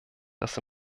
dass